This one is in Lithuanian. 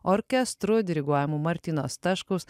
orkestru diriguojamu martyno staškaus